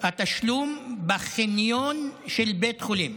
התשלום בחניון של בית חולים,